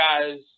guys